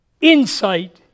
Insight